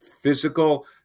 physical